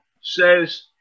says